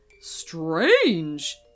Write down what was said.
Strange